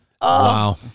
Wow